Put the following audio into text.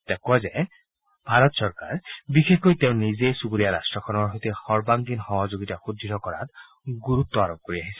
তেওঁ কয় যে ভাৰত চৰকাৰ বিশেষকৈ তেওঁ নিজেই চুবুৰীয়া ৰাট্টখনৰ সৈতে সৰ্বাংগীন সহযোগিতা সুদৃঢ় কৰাত গুৰুত্ব আৰোপ কৰি আহিছে